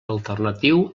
alternatiu